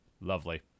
Lovely